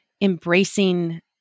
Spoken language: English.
embracing